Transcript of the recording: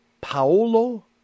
paolo